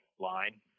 line